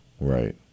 Right